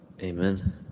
Amen